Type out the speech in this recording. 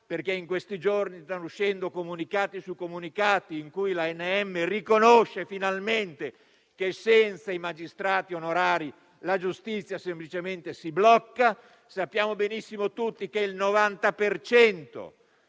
che in questi giorni sta facendo uscire comunicati su comunicati in cui riconosce finalmente che senza i magistrati onorari la giustizia semplicemente si blocca. Sappiamo tutti benissimo che il 90